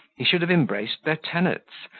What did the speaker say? he should have embraced their tenets,